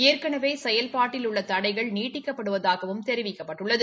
ஏற்கனவே செயல்பாட்டில் உள்ள தடைகள் நீட்டிக்கப்படுவதாகவும் தெரிவிக்கப்பட்டுள்ளது